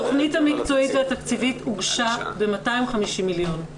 התכנית המקצועית והתקציבית הוגשה ב-250 מיליון.